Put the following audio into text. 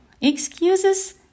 excuses